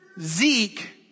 Zeke